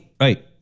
right